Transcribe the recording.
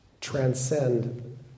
transcend